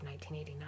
1989